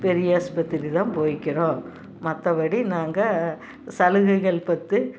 பெரியாஸ்பத்திரி தான் போயிக்கிறோம் மற்றபடி நாங்கள் சலுகைகள் பத்து